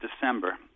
December